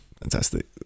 fantastic